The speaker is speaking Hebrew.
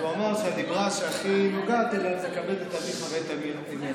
אז הוא אמר שהדיבר שהכי נוגע אליו זה "כבד את אביך ואת אמך".